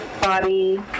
body